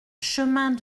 chemin